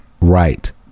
right